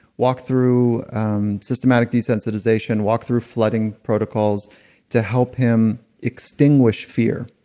walked through um systematic desensitization, walked through flooding protocols to help him extinguish fear.